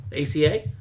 ACA